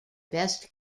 best